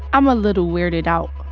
i'm a little weirded out.